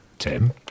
Tim